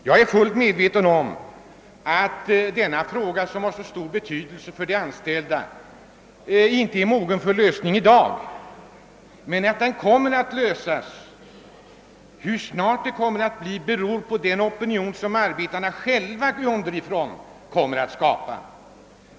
Jag är fullt medveten om att denna fråga, som har så stor betydelse för de anställda, inte är mogen för en lösning i dag. Men vi tror att problemen kommer att lösas. Hur snart det kommer att ske beror på den opinion som arbetarna själva underifrån kan skapa.